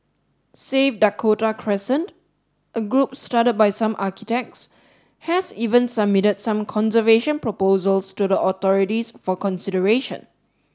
save Dakota Crescent a group started by some architects has even submitted some conservation proposals to the authorities for consideration